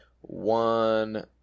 one